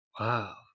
Wow